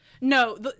No